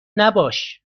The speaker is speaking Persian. نباش